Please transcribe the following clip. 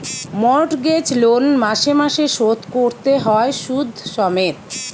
mortgage loan মাসে মাসে শোধ কোরতে হয় শুধ সমেত